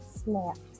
snaps